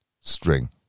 string